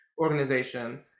organization